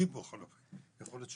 לי בכל אופן קשה.